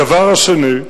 הדבר השני,